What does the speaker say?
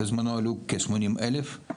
בזמנו עלו כ-80 אלף,